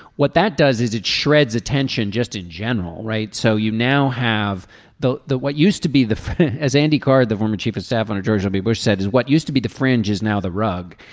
what that does is it shreds attention just in general. right. so you now have though that what used to be the as andy card the former chief of staff under george w. bush said is what used to be the fringe is now the rug.